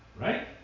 right